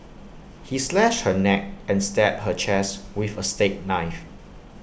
he slashed her neck and stabbed her chest with A steak knife